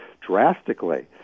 drastically